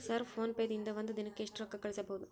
Sir PhonePe ದಿಂದ ಒಂದು ದಿನಕ್ಕೆ ಎಷ್ಟು ರೊಕ್ಕಾ ಕಳಿಸಬಹುದು?